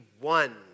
one